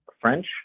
French